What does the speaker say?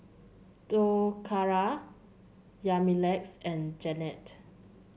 Toccara Yamilex and Jennette